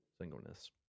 singleness